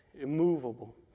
immovable